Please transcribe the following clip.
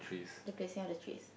the placing of the trees